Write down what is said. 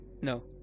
No